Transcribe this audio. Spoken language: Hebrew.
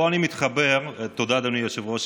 פה אני מתחבר, תודה אדוני היושב-ראש.